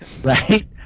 Right